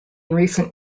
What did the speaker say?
recent